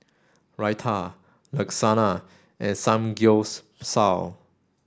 Raita Lasagna and Samgyeopsal